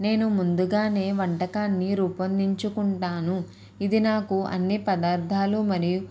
నేను ముందుగానే వంటకాన్ని రూపొందించుకుంటాను ఇది నాకు అన్నీ పదార్థాలు మరియు